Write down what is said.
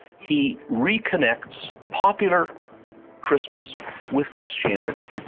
he reconnects popular christmas with christianity.